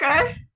okay